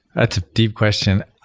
that's deep question.